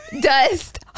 Dust